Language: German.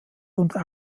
unter